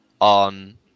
on